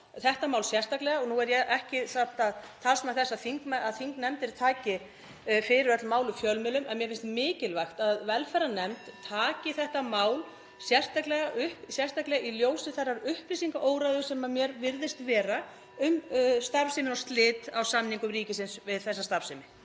þetta mál sérstaklega. Og nú er ég ekki talsmaður þess að þingnefndir taki fyrir öll mál úr fjölmiðlum. En mér finnst mikilvægt að velferðarnefnd taki þetta mál upp, (Forseti hringir.) sérstaklega í ljósi þeirrar upplýsingaóreiðu sem mér virðist vera um starfsemina og slit á samningum ríkisins við þessa starfsemi.